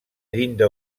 llinda